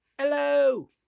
Hello